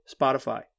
Spotify